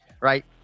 right